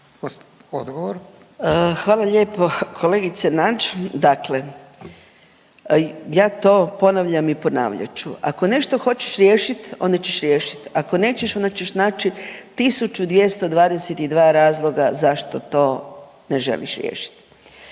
Hvala lijepo kolegice Nađ. Dakle, ja to ponavljam i ponavljat ću, ako nešto hoćeš riješit onda ćeš riješit, ako nećeš onda ćeš naći tisuću dvjesto dvadeset i dva razloga zašto to ne želiš riješiti.